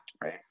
right